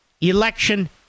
election